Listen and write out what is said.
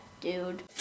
dude